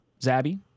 Zabby